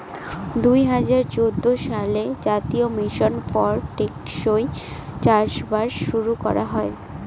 দুই হাজার চৌদ্দ সালে জাতীয় মিশন ফর টেকসই চাষবাস শুরু করা হয়